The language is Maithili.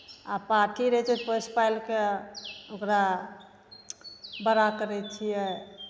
आ पाठी रहै रहै छै तऽ पोसि पालि कऽ ओकरा बड़ा करै छियै